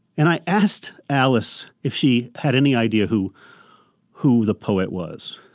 and i asked alice if she had any idea who who the poet was.